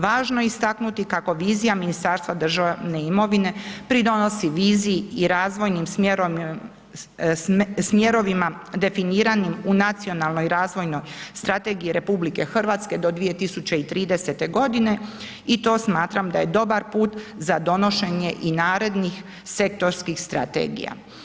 Važno je istaknuti kako vizija Ministarstva državne imovine pridonosi viziji i razvojnim smjerovima definiranim u nacionalnoj razvojnoj strategiji RH do 2030.g. i to smatram da je dobar put za donošenje i narednih sektorskih strategija.